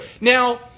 Now